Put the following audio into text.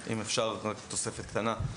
אם אפשר תוספת קטנה: